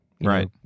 Right